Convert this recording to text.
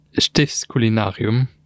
Stiftskulinarium